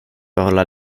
behålla